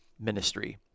ministry